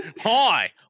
Hi